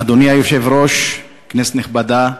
אדוני היושב-ראש, כנסת נכבדה,